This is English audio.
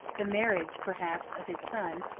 the marriage, perhaps, of his son,